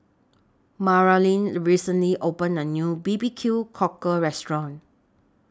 Maralyn recently opened A New B B Q Cockle Restaurant